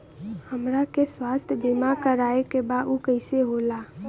हमरा के स्वास्थ्य बीमा कराए के बा उ कईसे होला?